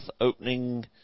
opening